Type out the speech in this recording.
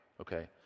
okay